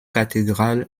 cathédrale